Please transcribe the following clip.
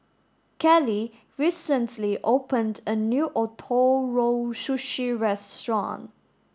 Kalie recently opened a new Ootoro Sushi restaurant